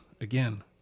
Again